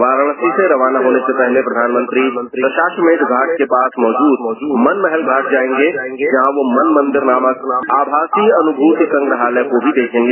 वाराणसी से रवाना होने से पहले प्रधानमंत्री दशाश्वमंघ घाट के पास मौजूद मन महल घाट जायेंगे जहां वह मन मंदेर नामक आभासी अनुभूति संग्रहालय को भी देखेंगे